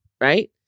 right